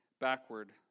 backward